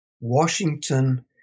Washington